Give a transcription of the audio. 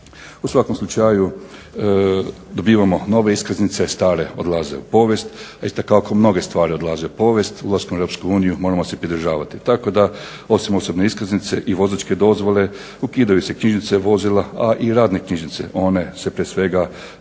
U svakom slučaju dobivamo nove iskaznice, stare odlaze u povijest. A isto kako mnoge stvari odlaze u povijest ulaskom u EU moramo se pridržavati. Tako da osim osobne iskaznice i vozačke dozvole ukidaju se knjižice vozila, a i radne knjižice. One prije svega